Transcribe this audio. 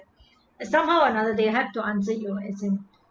it somehow another they have to answer you as him